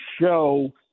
show